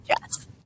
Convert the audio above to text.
Yes